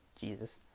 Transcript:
Jesus